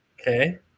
Okay